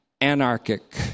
Anarchic